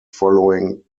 following